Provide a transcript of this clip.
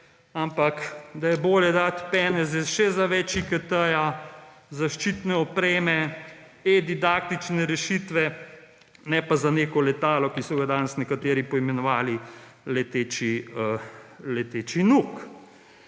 ampak da je bolj dati peneze še za več IKT-ja, zaščitne opreme, e-didaktične rešitve, ne pa za neko letalo, ki so ga danes nekateri poimenovali »leteči Nuk«.